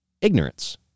ignorance